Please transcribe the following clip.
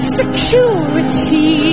security